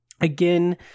again